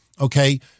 Okay